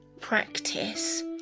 practice